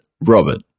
Robert